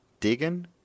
digging